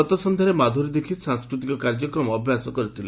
ଗତ ସକ୍ଷ୍ୟାରେ ମାଧୁରୀ ଦୀକ୍ଷିତ ସାଂସ୍କୃତିକ କାର୍ଯ୍ୟକ୍ରମର ଅଭ୍ୟାସ କରିଥିଲେ